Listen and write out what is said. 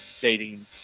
dating